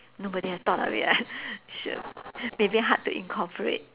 nobody has thought of it right sh~ maybe hard to incorporate